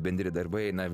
bendri darbai na